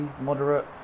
moderate